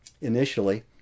initially